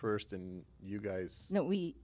first and you guys we